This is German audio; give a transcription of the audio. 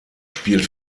spielt